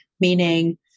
meaning